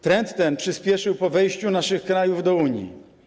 Trend ten przyspieszył po wejściu naszych krajów do Unii.